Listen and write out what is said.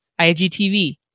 IGTV